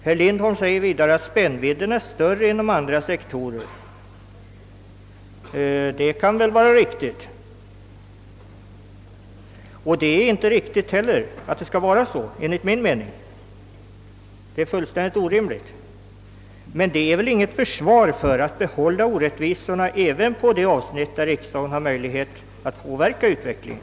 Herr Lindholm anför vidare att spännvidden är större inom andra sektorer, och det är väl sant, men det är enligt min mening inte riktigt utan fullständigt orimligt att det skall vara så. Detta är emellertid inget försvar för att vilja behålla orättvisorna även på de avsnitt där riksdagen har möjligheter att påverka utvecklingen.